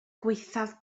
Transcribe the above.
gwaethaf